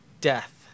death